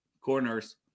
corners